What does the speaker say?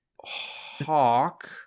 Hawk